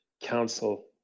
council